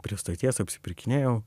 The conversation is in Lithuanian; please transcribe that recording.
prie stoties apsipirkinėjau